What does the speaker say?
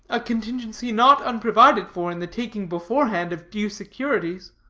a contingency not unprovided for in the taking beforehand of due securities.